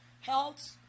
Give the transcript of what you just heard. Health